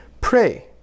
pray